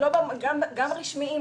גם רשמיים,